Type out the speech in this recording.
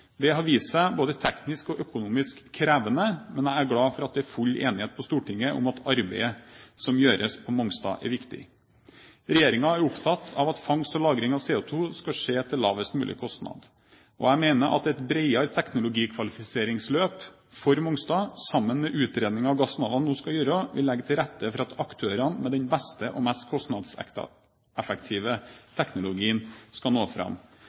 Det har vist seg både teknisk og økonomisk krevende, men jeg er glad for at det er full enighet på Stortinget om at arbeidet som gjøres på Mongstad, er viktig. Regjeringen er opptatt av at fangst og lagring av CO2 skal skje til lavest mulig kostnad, og jeg mener at et bredere teknologikvalifiseringsløp for Mongstad, sammen med utredningen Gassnova nå skal gjøre, vil legge til rette for at aktørene med den beste og mest kostnadseffektive teknologien skal nå fram.